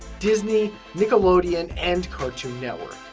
disney, nickelodeon, and cartoon network.